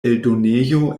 eldonejo